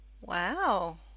Wow